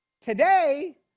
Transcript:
Today